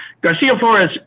Garcia-Flores